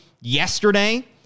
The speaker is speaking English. yesterday